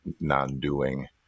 non-doing